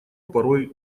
порою